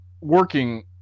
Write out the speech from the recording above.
working